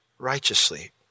righteously